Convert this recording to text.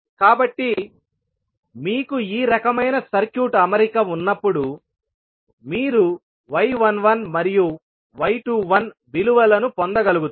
కాబట్టి మీకు ఈ రకమైన సర్క్యూట్ అమరిక ఉన్నప్పుడు మీరు y11 మరియు y21విలువలను పొందగలుగుతారు